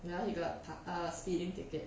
ya he got you know you got tak ah speeding ticket